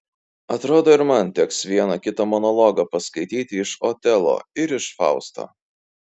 atrodo ir man ten teks vieną kitą monologą paskaityti iš otelo ir iš fausto